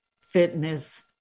fitness